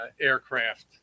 aircraft